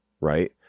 Right